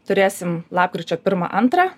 turėsim lapkričio pirmą antrą